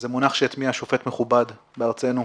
זה מונח שהטמיע שופט מכובד בארצנו,